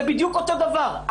זה בדיוק אותו דבר.